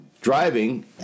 driving